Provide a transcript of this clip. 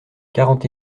quarante